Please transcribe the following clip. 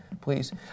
please